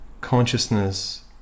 consciousness